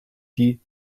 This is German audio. die